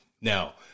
Now